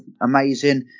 amazing